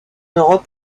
europe